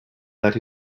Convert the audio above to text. that